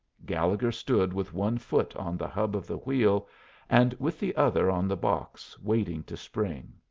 gallegher stood with one foot on the hub of the wheel and with the other on the box waiting to spring.